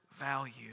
value